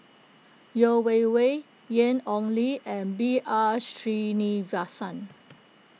Yeo Wei Wei Ian Ong Li and B R Sreenivasan